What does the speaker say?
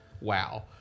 WoW